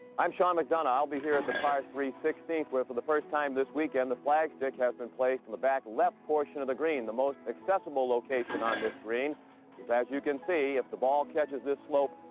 i'm sean mcdonough i'll be here at the par three sixteenth, where for the first time this weekend, the flagstick has been placed in the back left portion of the green. the most accessible location on this green is, as you can see, if the ball catches the slope,